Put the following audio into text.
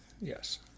yes